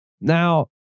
Now